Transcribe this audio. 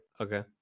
Okay